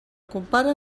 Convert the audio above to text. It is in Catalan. compare